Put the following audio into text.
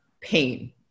pain